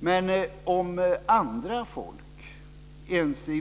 Men om andra folk ens i